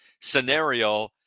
scenario